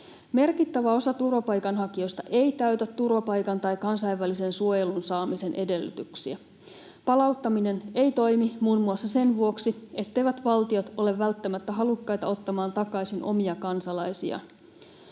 Merkittävä osa turvapaikanhakijoista ei täytä turvapaikan tai kansainvälisen suojelun saamisen edellytyksiä. Palauttaminen ei toimi muun muassa sen vuoksi, etteivät valtiot ole välttämättä halukkaita ottamaan takaisin omia kansalaisiaan.